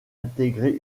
intégrer